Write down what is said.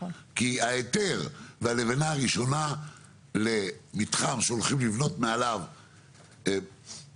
כי ההיתר והלבנה הראשונה למתחם שהולכים לבנות מעליו 30,000-40,000